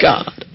God